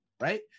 right